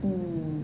hmm